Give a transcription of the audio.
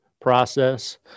process